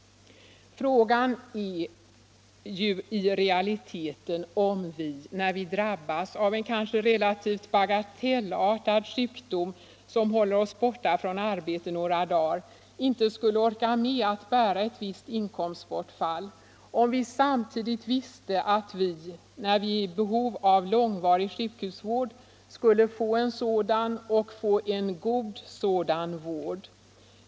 Frågan här är ju i realiteten om vi, när vi drabbas av en kanske relativt bagatellartad sjukdom som håller oss borta från arbetet några dagar, inte skulle orka med att bära ett visst inkomstbortfall om vi samtidigt visste att vi när vi är i behov av långvarig sjukhusvård skulle få sådan och få en god sådan vård.